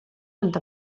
ond